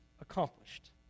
accomplished